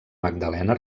magdalena